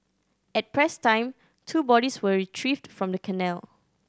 at press time two bodies were retrieved from the canal